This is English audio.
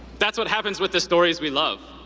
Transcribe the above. that's what happens with the stories we love.